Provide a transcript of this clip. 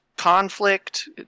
Conflict